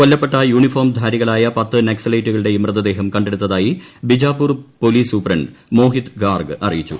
കൊല്ലപ്പെട്ട യൂണിഫോം ധാരികളായ പത്ത് നക്സലൈറ്റുകളുടെയും മൃതദേഹം കണ്ടെടുത്തതായി ബിജാപ്പൂർ പോലീസ് സൂപ്രണ്ട് മോഹിത് ഗാർഗ് അറിയിച്ചു